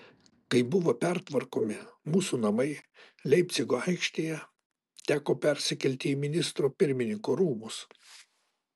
kai buvo pertvarkomi mūsų namai leipcigo aikštėje teko persikelti į ministro pirmininko rūmus